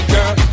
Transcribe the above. Girl